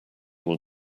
will